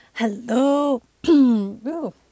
Hello